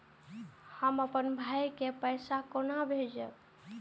हम आपन भाई के पैसा केना भेजबे?